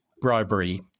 bribery